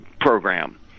program